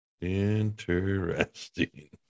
Interesting